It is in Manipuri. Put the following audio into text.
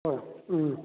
ꯍꯣꯏ ꯎꯝ